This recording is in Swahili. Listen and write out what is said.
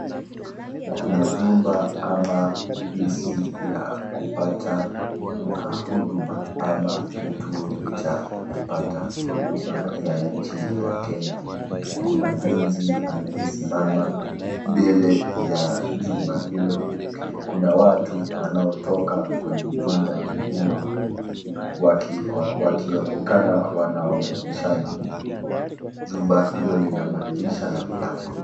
Kuna jumba ama ofisi ya kupata huduma ama kitua cha kupata huduma ya nchi ya kenya. Kuna mlinzi anayesimama mbele ya jumba hilo. Kuna watu wanao toka kwenye jumba hilo wakionekana wanaongeleshana. Jumba hilo lina madirisha na milango.